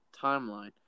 timeline